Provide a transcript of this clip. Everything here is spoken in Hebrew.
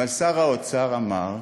אבל שר האוצר אמר: